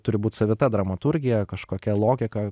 turi būt savita dramaturgija kažkokia logika